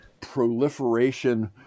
proliferation